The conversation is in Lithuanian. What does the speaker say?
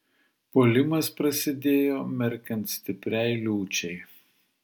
puolimas prasidėjo merkiant stipriai liūčiai